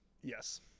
Yes